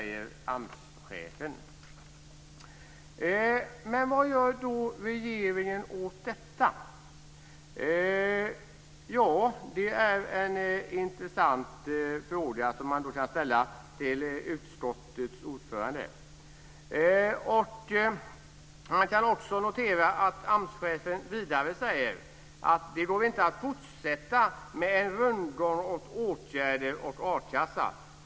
Det säger Vad gör då regeringen åt detta? Det är en intressant fråga som man kan ställa till utskottets ordförande. Man kan också notera att AMS-chefen vidare säger: "Det går inte att fortsätta med en rundgång av åtgärder och a-kassa.